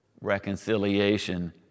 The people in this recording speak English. reconciliation